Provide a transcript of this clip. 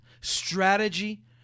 strategy